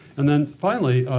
and then, finally,